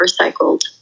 recycled